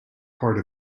part